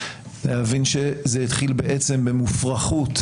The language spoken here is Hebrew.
להבין שזה התחיל במופרכות,